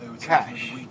cash